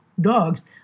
dogs